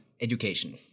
education